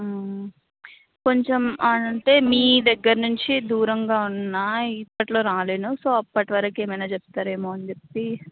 కొంచెం అంటే నీ దగ్గర నుంచి దూరంగా ఉన్నా ఇప్పట్లో రాలేను సో అప్పటి వరకు ఏమైనా చెప్తారేమో అని చెప్పి